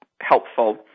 helpful